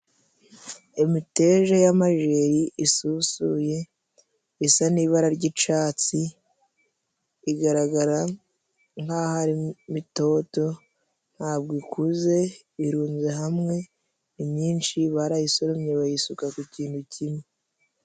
Imiteja y'amajeri isusuye isa n'ibara ry'icyatsi, igaragara nk'aho ari mitoto, ntabwo ikuze irunze hamwe, ni myinshi barayisoromye bayisuka ku kintu kimwe.